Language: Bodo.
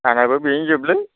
आंनाबो बेनोजोबलै